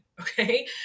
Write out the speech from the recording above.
Okay